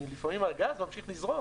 כי לפעמים הגז ממשיך לזרום,